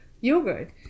yogurt